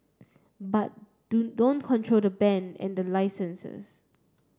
but do don't control the band and the licenses